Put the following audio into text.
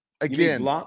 again –